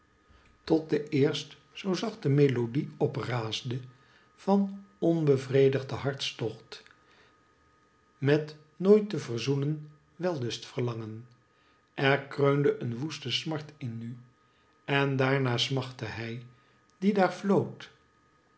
tot de eerst zoo zachtc melodie opraasde van onbevredigden hartstocht met nooit te verzoenen wellustverlangen er kreunde een woeste smart in nu en daarna smachtte hij die daar floot